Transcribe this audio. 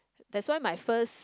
that's why my first